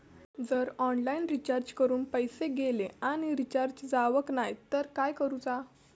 जर online recharge करून पैसे गेले आणि रिचार्ज जावक नाय तर काय करूचा?